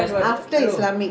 the whole stretch ah